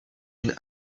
une